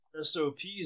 SOPs